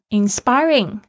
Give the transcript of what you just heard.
inspiring